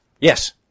Yes